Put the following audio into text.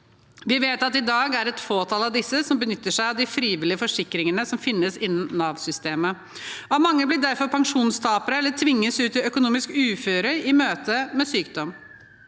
Vi vet at det i dag er et fåtall av disse som benytter seg av de frivillige forsikringene som finnes innen Nav-systemet. Mange blir derfor pensjonstapere eller tvunget ut i økonomisk uføre i møte med sykdom.